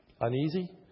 uneasy